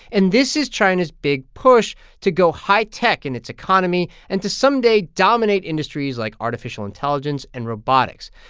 and this is china's big push to go high-tech in its economy and to someday dominate industries like artificial intelligence and robotics.